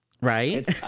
right